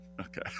Okay